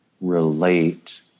relate